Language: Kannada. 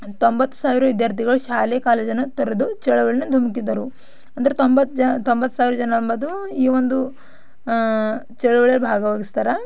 ತೊಂಬತ್ತು ಸಾವಿರ ವಿದ್ಯಾರ್ಥಿಗಳು ಶಾಲೆ ಕಾಲೇಜನ್ನು ತೊರೆದು ಚಳುವಳಿಯನ್ನು ಧುಮುಕಿದ್ದರು ಅಂದರೆ ತೊಂಬತ್ತು ಜ ತೊಂಬತ್ತು ಸಾವಿರ ಜನ ಅಂಬದು ಈ ಒಂದು ಚಳುವಳಿಯಲ್ಲಿ ಭಾಗವಹಿಸ್ತಾರೆ